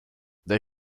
they